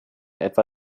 etwa